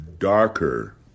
darker